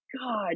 God